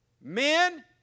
men